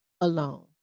alone